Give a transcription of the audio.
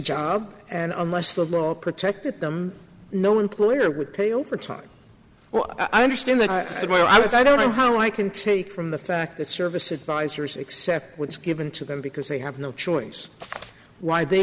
job and unless the law protected them no employer would pay overtime well i understand that i said where i was i don't know how i can take from the fact that service advisors accept what is given to them because they have no choice why they